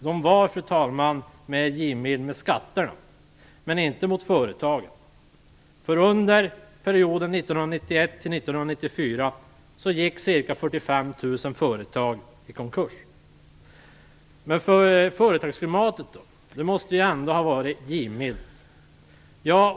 De var, fru talman, mer givmilda med skatterna, men inte mot företagen. Under perioden 1991-1994 gick ca 45 000 företag i konkurs. Men företagsklimatet måste ju ändå ha varit givmilt.